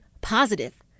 positive